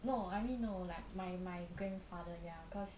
no I mean no like my my grandfather ya cause